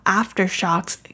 aftershocks